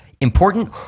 important